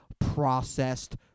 processed